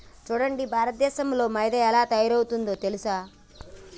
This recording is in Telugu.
సూడండి భారతదేసంలో మైదా ఎలా తయారవుతుందో తెలుసా